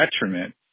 detriment